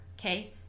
okay